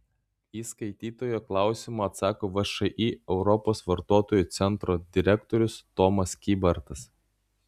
į skaitytojo klausimą atsako všį europos vartotojų centro direktorius tomas kybartas